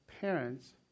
parents